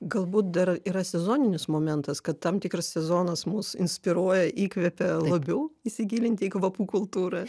galbūt dar yra sezoninis momentas kad tam tikras sezonas mus inspiruoja įkvepia labiau įsigilinti į kvapų kultūrą